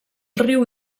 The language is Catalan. riu